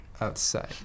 outside